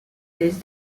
this